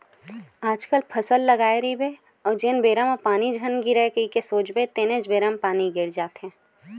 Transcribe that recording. आजकल फसल लगाए रहिबे अउ जेन बेरा म पानी झन गिरय कही के सोचबे तेनेच बेरा म पानी गिर जाथे